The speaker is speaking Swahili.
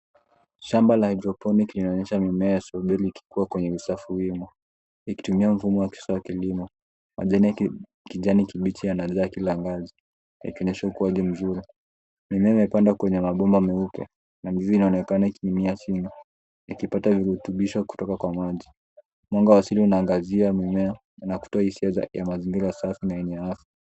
Shamba la hidroponiki linaonesha mimea ikiwa kwenye safu nne, ikitumia mfumo wa kisasa wa kilimo. Majani yake ya kijani kibichi yanaja kila ngazi yakionyesha kwamba ni mzuri, inayopandwa kwenye mabomba meupe, na mizizi inaonekana ikimea chini, ikipata virutubisho kutoka kwa maji. Mwanga wa asili unaangazia mimea, na kutoa hisia ya mazingira safi na yenye afya.